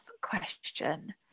question